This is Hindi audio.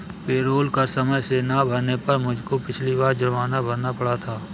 पेरोल कर समय से ना भरने पर मुझको पिछली बार जुर्माना भरना पड़ा था